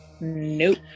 Nope